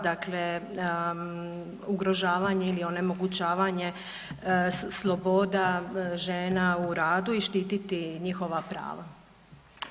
Dakle, ugrožavanje ili onemogućavanje sloboda žena u radu i štititi njihova prava.